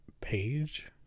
page